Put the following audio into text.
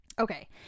Okay